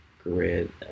grid